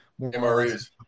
mres